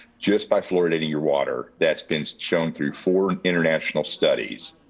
just by fluoridating your water. that's been shown through four international studies.